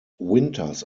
winters